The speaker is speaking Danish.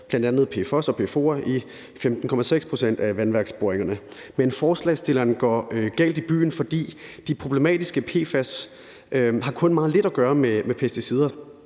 bl.a. PFOS og PFOA, i 15,6 pct. af vandværksboringerne. Men forslagsstillerne går galt i byen, for de problematiske PFAS'er har kun meget lidt at gøre med pesticider.